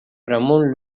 ramón